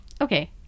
Okay